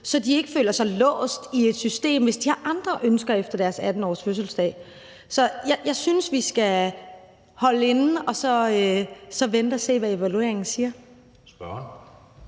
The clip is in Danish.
så de ikke føler sig låst i et system, hvis de har andre ønsker efter deres 18-årsfødselsdag. Så jeg synes, vi skal stoppe op og så vente og se, hvad evalueringen siger.